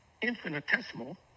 infinitesimal